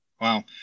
Wow